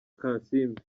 kansiime